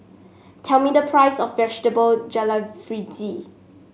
tell me the price of Vegetable